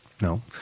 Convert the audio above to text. no